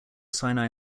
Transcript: sinai